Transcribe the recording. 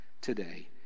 today